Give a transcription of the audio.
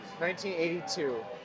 1982